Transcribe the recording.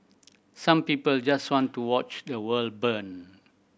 some people just want to watch the world burn